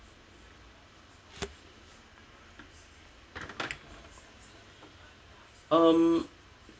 um